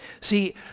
See